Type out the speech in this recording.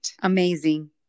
Amazing